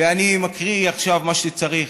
אני מקריא עכשיו מה שצריך: